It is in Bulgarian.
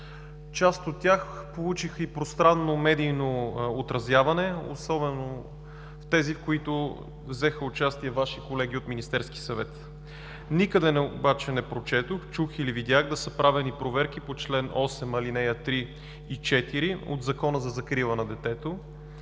Част от тях получиха и пространно медийно отразяване, особено тези, в които взеха участие Ваши колеги от Министерски съвет. Никъде обаче не прочетох, чух или видях да са правени проверки по чл. 8, ал. 3 и 4 от Закона за закрила на детето